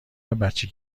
بچه